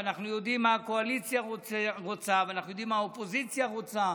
ואנחנו יודעים מה הקואליציה רוצה ואנחנו יודעים מה האופוזיציה רוצה,